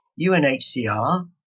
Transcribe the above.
UNHCR